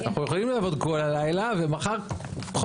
אנחנו יכולים לעבוד כל הלילה ומחר חופש.